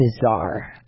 bizarre